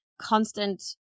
constant